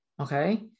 okay